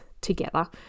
together